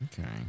Okay